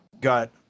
got